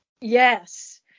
yes